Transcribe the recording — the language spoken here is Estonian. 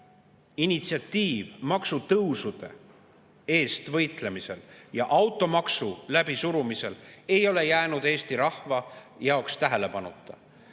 initsiatiiv maksutõusude eest võitlemisel ja automaksu läbisurumisel ei ole jäänud Eesti rahva jaoks tähelepanuta.